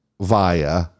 via